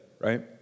right